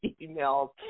emails